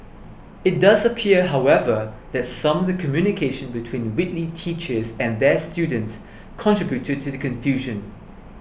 it does appear however that some of the communication between Whitley teachers and their students contributed to the confusion